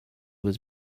was